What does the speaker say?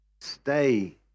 Stay